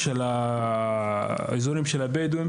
הגדול באזור החברה הבדואית,